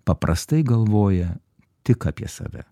paprastai galvoja tik apie save